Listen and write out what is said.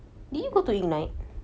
I don't know